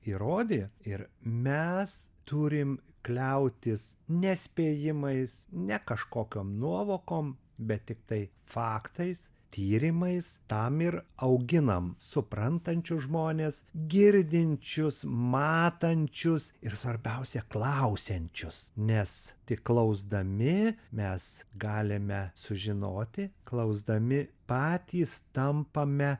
įrodė ir mes turim kliautis ne spėjimais ne kažkokiom nuovokom bet tiktai faktais tyrimais tam ir auginam suprantančius žmones girdinčius matančius ir svarbiausia klausiančius nes tik klausdami mes galime sužinoti klausdami patys tampame